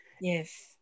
Yes